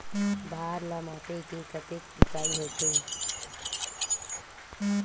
भार ला मापे के कतेक इकाई होथे?